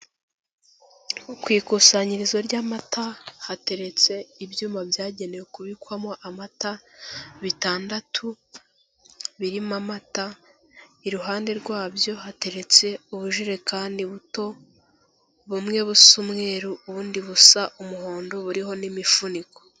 Ku ikusanyirizo ry'amata hateretse ibyuma byagenewe kubikwamo amata bitandatu birimo amata, iruhande rwabyo hateretse ubujerekani buto bumwe busa umweru ubundi busa umuhondo, buriho n'imifuniko.